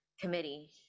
committee